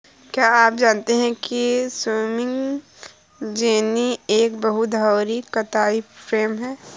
क्या आप जानते है स्पिंनिंग जेनि एक बहु धुरी कताई फ्रेम है?